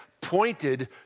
pointed